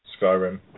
Skyrim